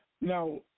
Now